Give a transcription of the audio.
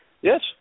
Yes